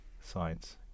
science